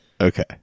Okay